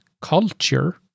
culture